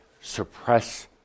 suppress